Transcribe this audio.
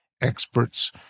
experts